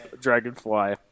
Dragonfly